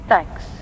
Thanks